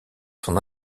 son